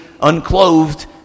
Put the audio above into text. unclothed